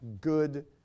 good